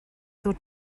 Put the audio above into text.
ddod